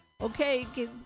okay